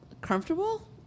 comfortable